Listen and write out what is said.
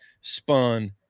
spun